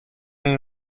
این